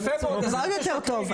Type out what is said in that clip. יפה מאוד --- עוד יותר טוב.